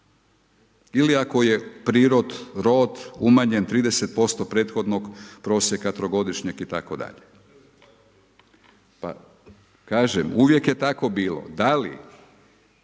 Ili ako je prirod, rod umanjen 30% prethodnog prosjeka trogodišnjeg itd. Pa kažem, uvijek je tako bilo, da li